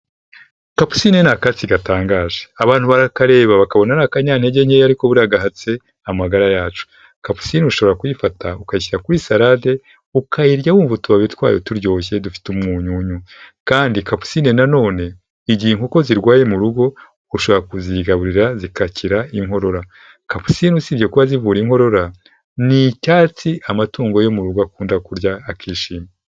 Kapusine ni akatsi gatangaje, abantu barakareba bakabona ari akanyantege nkeya ariko buraya gahatsi amagara yacu, kapusine ushobora kuyifata ukayishyira kuri salade ukayirya wumva utubabi twayo turyoshye dufite umunyunyu kandi kapusine na none igihe inkoko zirwaye mu rugo ushobora kuzigaburira zikakira inkorora, kapusine usibye kuba zivura inkorora n'icyatsi amatungo yo mu rugo akunda kurya akishima.